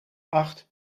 acht